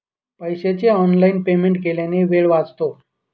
पैशाचे online payment केल्याने वेळ वाचतो